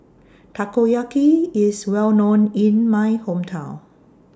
Takoyaki IS Well known in My Hometown